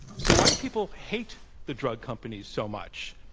so, why do people hate the drug companies so much?